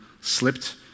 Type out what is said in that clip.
slipped